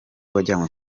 wajyanywe